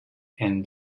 and